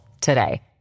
today